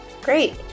Great